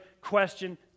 question